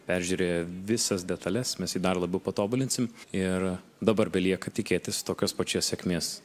peržiūrėję visas detales mes jį dar labiau patobulinsim ir dabar belieka tikėtis tokios pačios sėkmės